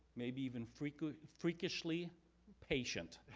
maybe even freakishly freakishly patient.